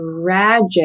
tragic